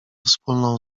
wspólną